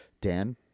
Dan